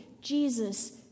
jesus